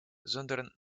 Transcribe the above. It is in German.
sondern